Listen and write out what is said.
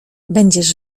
będziesz